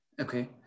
Okay